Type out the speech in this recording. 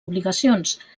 obligacions